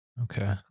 Okay